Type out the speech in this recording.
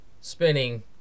spinning